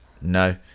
No